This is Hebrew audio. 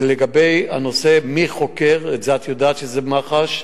לגבי הנושא מי חוקר, את זה את יודעת, שזו מח"ש.